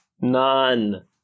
None